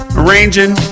arranging